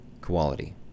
quality